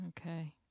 okay